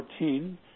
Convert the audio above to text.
2014